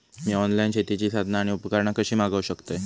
मी online शेतीची साधना आणि उपकरणा कशी मागव शकतय?